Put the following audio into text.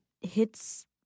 hits